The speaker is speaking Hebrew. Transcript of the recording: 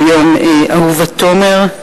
אהובה תומר.